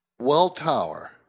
Welltower